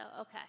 Okay